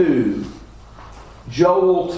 Joel